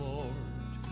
Lord